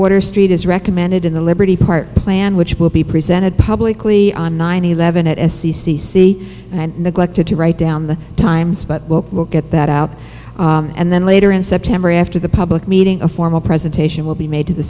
water street is recommended in the liberty park plan which will be presented publicly on nine eleven at s c c c and i neglected to write down the times but look at that out and then later in september after the public meeting a formal presentation will be made to the